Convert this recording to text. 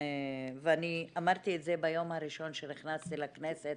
אני אמרתי את זה ביום הראשון שנכנסתי לכנסת